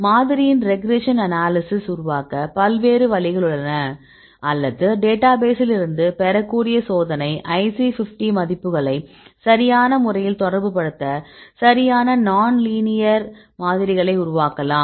மாதிரியின் regression analysis உருவாக்க பல்வேறு வழிகள் உள்ளன அல்லது டேட்டாபேஸில் இருந்து பெறக்கூடிய சோதனை IC 50 மதிப்புகளை சரியான முறையில் தொடர்புபடுத்த சரியான நான்லீனியர் மாதிரிகளை உருவாக்கலாம்